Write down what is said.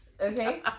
okay